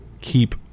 keep